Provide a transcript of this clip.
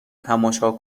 تماشا